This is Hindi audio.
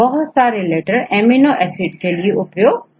बहुत सारे लेटर एमिनो एसिड के लिए उपयोग नहीं होते